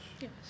yes